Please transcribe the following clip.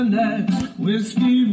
whiskey